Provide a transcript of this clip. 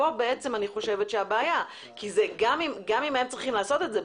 כאן בעצם הבעיה כי גם אם הם צריכים לעשות את זה,